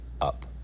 up